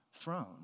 throne